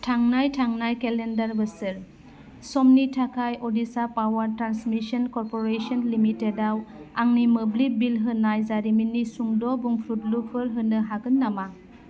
थांनाय थांनाय केलेन्डार बोसोर समनि थाखाय Odisha Power Transmission Corporation Limited आव आंनि मोब्लिब बिल होनाय जारिमिननि सुंद' बुंफुरलुफोर होनो हागोन नामा